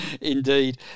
Indeed